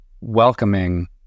welcoming